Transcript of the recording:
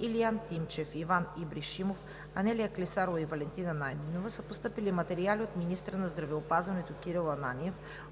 Илиан Тимчев, Иван Ибришимов, Анелия Клисарова и Валентина Найденова, са постъпили материали от министъра на здравеопазването Кирил Ананиев